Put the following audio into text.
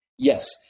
Yes